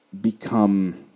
become